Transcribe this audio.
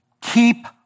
keep